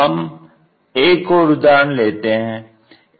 हम एक और उदाहरण लेते हैं